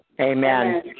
Amen